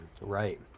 right